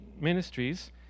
ministries